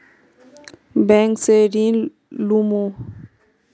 Bank से ऋण लुमू?